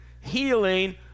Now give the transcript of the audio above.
healing